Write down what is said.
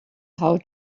how